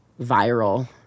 viral